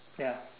ya